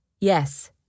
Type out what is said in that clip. Yes